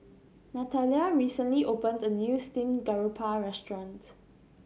Natalya recently opened a new steamed garoupa restaurant